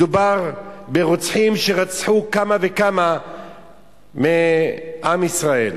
מדובר ברוצחים שרצחו כמה וכמה מעם ישראל.